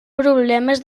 problemes